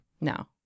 No